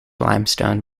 limestone